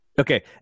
okay